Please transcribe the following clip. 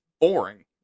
boring